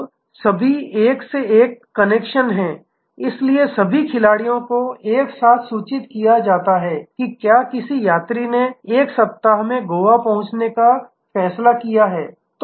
अब सभी एक से एक कनेक्शन हैं इसलिए सभी खिलाड़ियों को एक साथ सूचित किया जाता है कि क्या किसी यात्री ने एक सप्ताह में गोवा पहुंचने का फैसला किया है